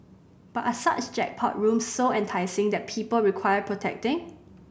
but are such jackpot rooms so enticing that people require protecting